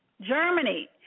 Germany